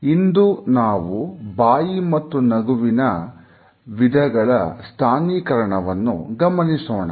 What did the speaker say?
ಇಂದು ನಾವು ಬಾಯಿ ಮತ್ತು ನಗುವಿನ ವಿಧಗಳ ಸ್ಥಾನಿಕರಣವನ್ನು ಗಮನಿಸೋಣ